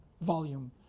volume